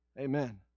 amen